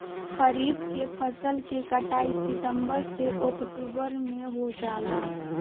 खरीफ के फसल के कटाई सितंबर से ओक्टुबर में हो जाला